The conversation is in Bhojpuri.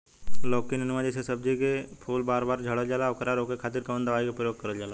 लौकी नेनुआ जैसे सब्जी के फूल बार बार झड़जाला ओकरा रोके खातीर कवन दवाई के प्रयोग करल जा?